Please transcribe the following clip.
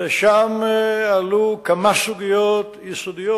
ושם עלו כמה סוגיות יסודיות.